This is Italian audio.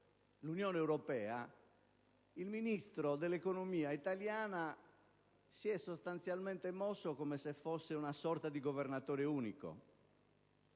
l'Unione europea, il Ministro dell'economia italiano si è mosso come se fosse una sorta di governatore unico.